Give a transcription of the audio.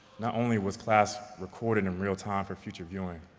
not only was class recorded in real-time for future viewing,